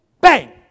bang